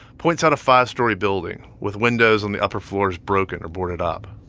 points out a five-story building with windows on the upper floors broken or boarded up